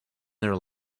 their